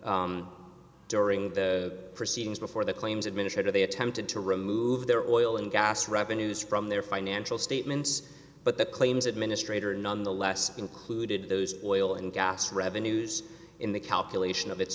the during the proceedings before the claims administrator they attempted to remove their oil and gas revenues from their financial statements but the claims administrator nonetheless included those oil and gas revenues in the calculation of its